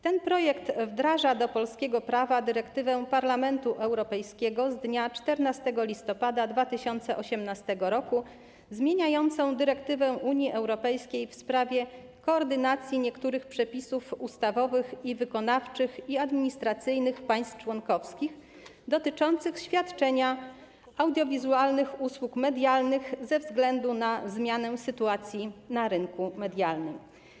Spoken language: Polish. Ten projekt wdraża do polskiego prawa dyrektywę Parlamentu Europejskiego z dnia 14 listopada 2018 r. zmieniającą dyrektywę Unii Europejskiej w sprawie koordynacji niektórych przepisów ustawowych, wykonawczych i administracyjnych państw członkowskich dotyczących świadczenia audiowizualnych usług medialnych ze względu na zmianę sytuacji na rynku medialnym.